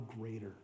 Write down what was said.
greater